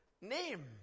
name